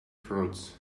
frauds